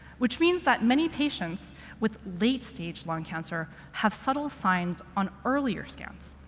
which means that many patients with late stage lung cancer have subtle signs on earlier scans.